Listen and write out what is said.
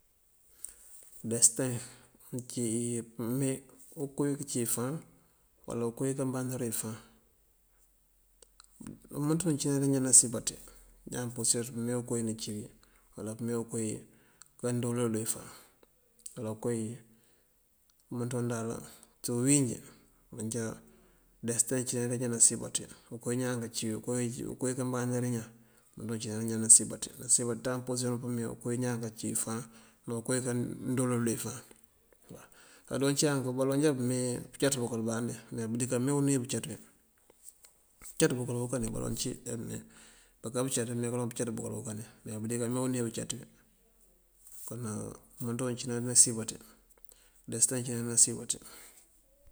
Desëteŋ uciwi pëmee ukoowí këcí wí fáan wala ukoo wí kanbandaru wí fáan. Wumënţ wuŋ cína dí iñan nasiyën baţí. Ñaan pursirëţ pëmee koowí nëcí wí wala pëmee koowí kandoolul wí fáan wala koowí wumënţa wuŋ dal. Ţí uwín njí manjá desëteŋ acína dí kañan nasiyën baţí koowí ñaan kací wí, koowí kanbandarul ñaan umëta wun cína dí kañan nasiyën baţí. Nasiyën baţí ţan pursiran pëmee koo ñaan kací cí fáan ná koo kandoolul wí fáan. Adon ci yank baloŋ já bëmee pëcaţ bukal abanda me budi kamee unú wí bëcaţ wí. Pëcaţ bukal awokani baloŋ cí ibumee baká pëcaţ bëmee kaloŋ pëcaţ bukal awokani me budi kame unú wí bëcaţ wí. Kon wumënţa wuŋ acína nasiyën baţí, desëteŋ cína dí nasiyën baţí.